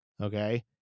Okay